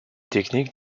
techniques